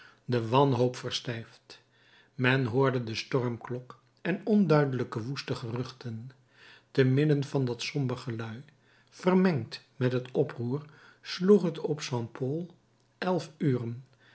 de wanhoop verstijft men hoorde de stormklok en onduidelijke woeste geruchten te midden van dat somber gelui vermengd met het oproer sloeg het op st paul elf uren